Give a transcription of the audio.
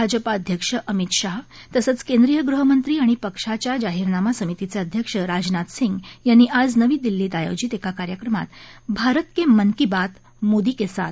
भाजपा अध्यक्ष अमित शाह तसंच केंद्रीय गृहमंत्री आणि पक्षाच्या जाहीरनामा समितीचे अध्यक्ष राजनाथ सिंह यांनी आज नवी दिल्लीत आयोजित एका कार्यक्रमात भारत के मन की बात मोदी के साथ